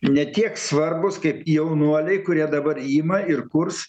ne tiek svarbūs kaip jaunuoliai kurie dabar ima ir kurs